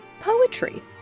poetry